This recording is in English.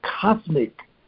cosmic